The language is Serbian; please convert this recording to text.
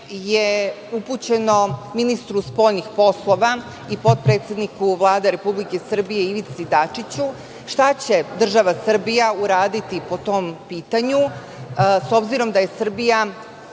je upućeno ministru spoljnih poslova i potpredsedniku Vlade Republike Srbije Ivici Dačiću – šta će država Srbija uraditi po tom pitanju, s obzirom da je Srbija